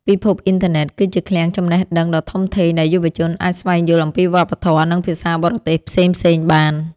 ពិភពអ៊ីនធឺណិតគឺជាឃ្លាំងចំណេះដឹងដ៏ធំធេងដែលយុវជនអាចស្វែងយល់អំពីវប្បធម៌និងភាសាបរទេសផ្សេងៗបាន។